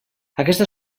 aquesta